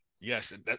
yes